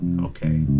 okay